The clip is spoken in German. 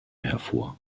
hervor